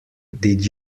did